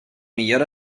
millor